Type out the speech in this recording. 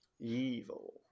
Evil